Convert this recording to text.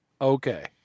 Okay